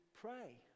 pray